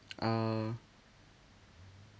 uh